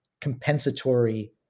compensatory